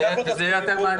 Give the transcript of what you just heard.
וזה יהיה יותר מעניין.